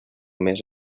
més